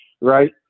right